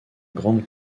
grande